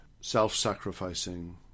self-sacrificing